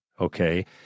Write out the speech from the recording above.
okay